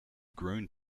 grown